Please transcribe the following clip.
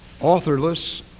authorless